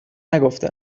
نگفته